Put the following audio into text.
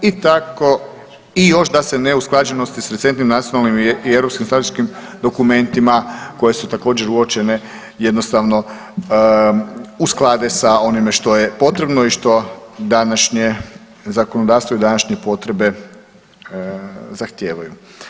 I još da se neusklađenosti sa recentnim nacionalnim i europskim strateškim dokumentima koje su također uočene jednostavno usklade sa onime što je potrebno i što današnje zakonodavstvo i današnje potrebe zahtijevaju.